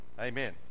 Amen